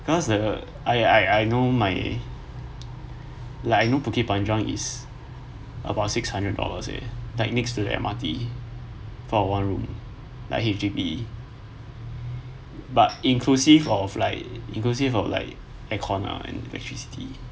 cause the I I I know my like I know bukit panjang is about six hundred dollars eh like next to the M_R_T for one room like H_D_B_E but inclusive of like inclusive of like aircon lah and electricity